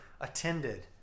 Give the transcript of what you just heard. attended